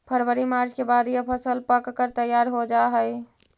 फरवरी मार्च के बाद यह फसल पक कर तैयार हो जा हई